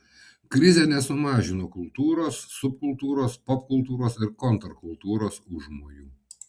krizė nesumažino kultūros subkultūros popkultūros ir kontrkultūros užmojų